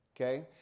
okay